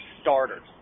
starters